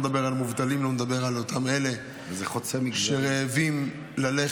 אני לא מדבר על מובטלים ולא מדבר על אותם אלה שרעבים ללחם,